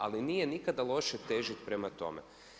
Ali nije nikada loše težiti prema tome.